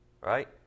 right